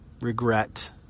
regret